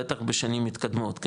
בטח בשנים מתקדמות,